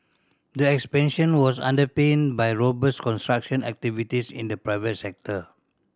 the expansion was underpinned by robust construction activities in the private sector